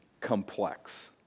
complex